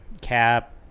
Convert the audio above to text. cap